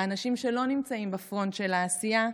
האנשים שלא נמצאים בפרונט של העשייה,